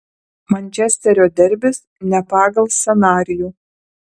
mančesterio derbis ne pagal scenarijų